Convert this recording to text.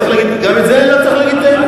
גם בזה אני לא צריך להגיד את האמת?